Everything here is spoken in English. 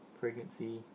pregnancy